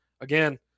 again